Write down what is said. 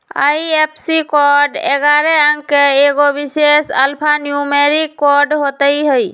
IFSC code ऐगारह अंक के एगो विशेष अल्फान्यूमैरिक कोड होइत हइ